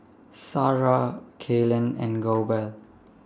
Sarrah Kaylen and Goebel